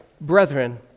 Brethren